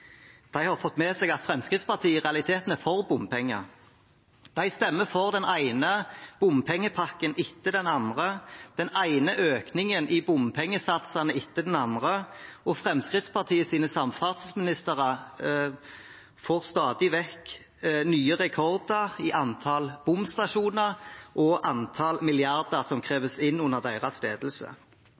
har fått med seg at Fremskrittspartiet i realiteten er for bompenger. De stemmer for den ene bompengepakken etter den andre, den ene økningen i bompengesatsene etter den andre, og Fremskrittspartiets samferdselsministre setter stadig vekk nye rekorder i antall bomstasjoner og antall milliarder som kreves inn under deres ledelse.